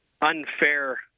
unfair